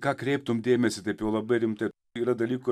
ką kreiptum dėmesį taip jau labai rimtai yra dalykų